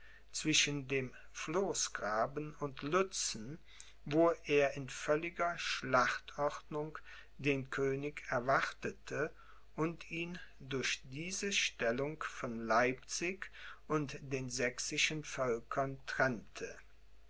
zwischen dem floßgraben und lützen wo er in völliger schlachtordnung den könig erwartete und ihn durch diese stellung von leipzig und den sächsischen völkern trennte